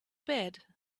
bed